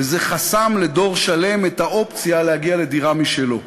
וזה חסם לדור שלם את האופציה להגיע לדירה משלו.